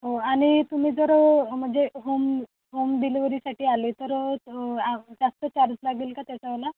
हो आणि तुम्ही जर म्हणजे होम होम डिलिवर्हरीसाठी आले तर जास्त चार्ज लागेल का त्याच्यावाला